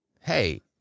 Hey